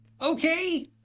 Okay